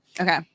Okay